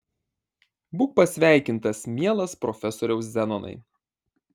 būk pasveikintas mielas profesoriau zenonai